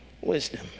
Wisdom